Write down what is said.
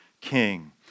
king